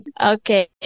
Okay